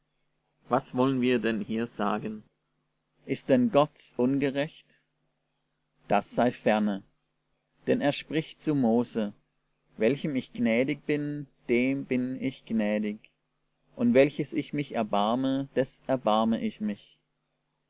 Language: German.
was wollen wir denn hier sagen ist denn gott ungerecht das sei ferne denn er spricht zu mose welchem ich gnädig bin dem bin ich gnädig und welches ich mich erbarme des erbarme ich mich